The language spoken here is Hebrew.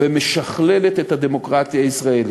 ומשכללת את הדמוקרטיה הישראלית.